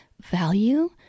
value